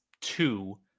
two